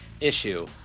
issue